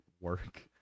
work